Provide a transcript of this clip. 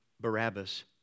Barabbas